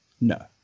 No